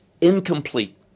incomplete